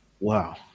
wow